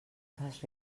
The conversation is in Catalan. fas